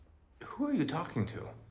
who are you talking to?